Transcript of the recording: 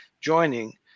joining